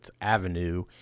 Avenue